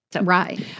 Right